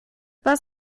was